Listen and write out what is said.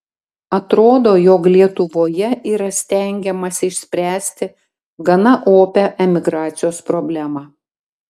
atrodo jog lietuvoje yra stengiamasi išspręsti gana opią emigracijos problemą